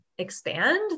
expand